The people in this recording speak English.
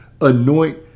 anoint